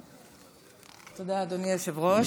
תודה, אדוני היושב-ראש.